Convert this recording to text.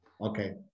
Okay